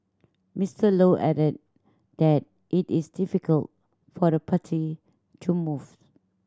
Mister Low added that it is difficult for the party to move